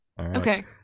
okay